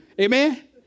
Amen